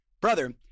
brother